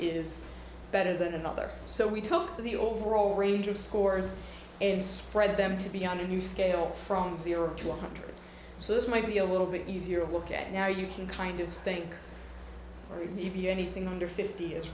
is better than another so we took the overall range of scores and spread them to be on a new scale from zero to one hundred so this might be a little bit easier to look at now you can kind of think maybe anything under fifty is